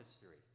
history